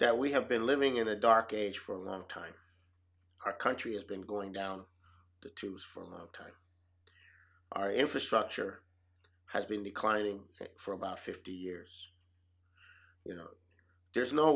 that we have been living in a dark age for a long time our country has been going down the tubes for a long time our infrastructure has been declining for about fifty years you know there's no